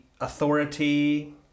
authority